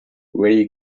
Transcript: very